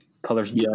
Colors